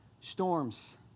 storms